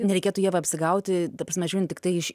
nereikėtų ieva apsigauti ta prasme žiūrint tiktai iš